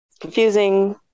confusing